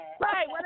Right